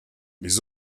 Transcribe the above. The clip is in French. les